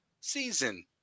season